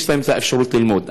יש להם אפשרות ללמוד.